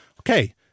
okay